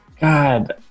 God